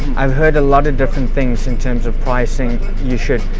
i've heard a lot of different things in terms of pricing. you should,